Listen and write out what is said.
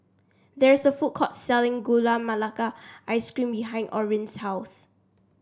there is a food court selling Gula Melaka Ice Cream behind Orin's house